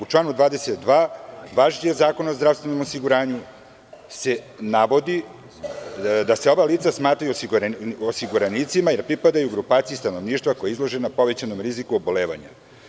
U članu 22. važećeg zakona o zdravstvenom osiguranju se navodi da se ova lica smatraju osiguranicima jer pripadaju grupaciji stanovništva koje je izloženo povećanom riziku obolevanja.